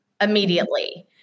immediately